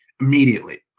immediately